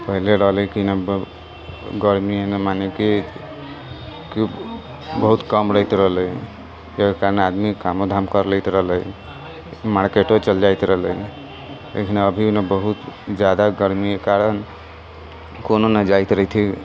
पहिले रहलै कि नहि गर्मीमे मने कि बहुत कम रहैत रहलै कियाकि आदमी कामो धाम करि लैत रहलै मार्केटो चलि जाइत रहलै लेकिन अभी ने बहुत ज्यादा गर्मीके कारण कोनहु नहि जाइत रहैत हइ